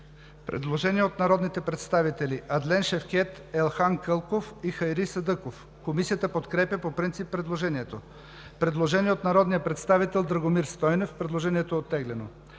Предложение от народните представители Адлен Шевкед, Елхан Кълков и Хайри Садъков. Комисията подкрепя по принцип предложението. Предложение от народния представител Драгомир Стойнев. Предложението е оттеглено.